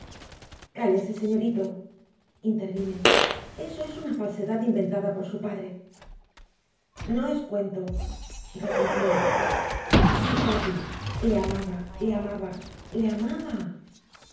cállese señorito intervine eso es una falsedad inventada por su padre no es cuento replicó él sí cati le amaba le amaba le amaba